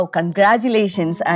Congratulations